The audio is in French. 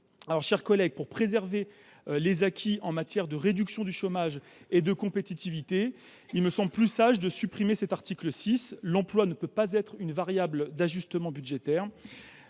Mes chers collègues, pour préserver les acquis en matière de réduction du chômage et de compétitivité, il me semble plus sage de supprimer l’article 6. L’emploi ne peut pas être une variable d’ajustement budgétaire.